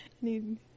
Need